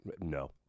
No